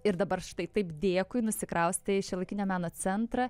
ir dabar štai taip dėkui nusikraustė į šiuolaikinio meno centrą